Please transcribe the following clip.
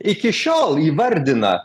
iki šiol įvardina